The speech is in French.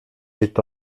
est